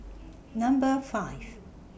Number five